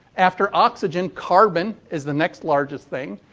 after oxygen, carbon is the next largest thing.